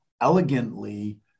elegantly